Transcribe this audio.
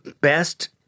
best